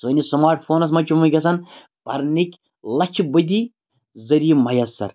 سٲنِس سماٹ فونَس منٛز چھِ وٕنکیٚسَن پَرنٕکۍ لَچھ بٔدی ذٔریعہٕ میسر